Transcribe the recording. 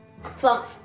Flump